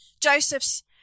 Joseph's